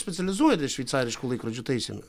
specializuojatės šveicariškų laikrodžių taisyme